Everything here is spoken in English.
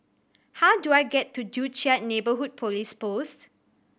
how do I get to Joo Chiat Neighbourhood Police Post